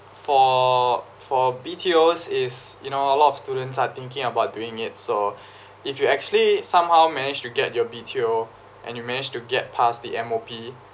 for for B_T_Os is you know a lot of students are thinking about doing it so if you actually somehow manage to get your B_T_O and you managed to get past the M_O_P